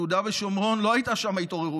ביהודה ושומרון לא הייתה ההתעוררות,